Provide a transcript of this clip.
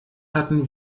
hatten